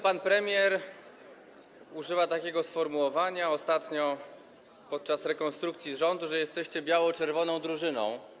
Pan premier często używa takiego sformułowania - ostatnio podczas rekonstrukcji rządu - że jesteście biało-czerwoną drużyną.